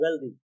wealthy